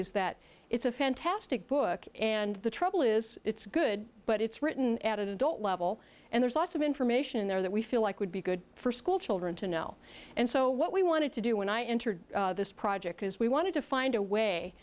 is that it's a fantastic book and the trouble is it's good but it's written at an adult level and there's lots of information in there that we feel like would be good for school children to know and so what we wanted to do when i entered this project is we wanted to find a way